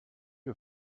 you